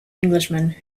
englishman